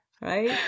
right